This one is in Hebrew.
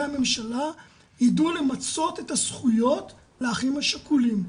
הממשלה ידעו למצות את הזכויות לאחים השכולים.